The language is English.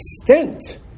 extent